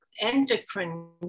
endocrine